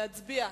להצביע,